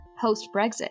post-Brexit